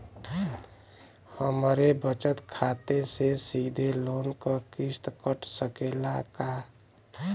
हमरे बचत खाते से सीधे लोन क किस्त कट सकेला का?